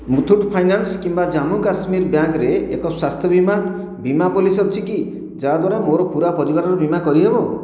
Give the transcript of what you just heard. Muthoot finance କିମ୍ବା Jammu Kashmir bank ରେ ଏକ ସ୍ଵାସ୍ଥ୍ୟ ବୀମା ବୀମା ପଲିସି ଅଛିକି ଯଦ୍ଵାରା ମୋର ପୂରା ପରିବାରର ବୀମା କରିହେବ